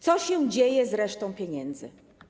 Co się dzieje z resztą pieniędzy?